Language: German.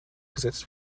gesetzt